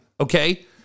Okay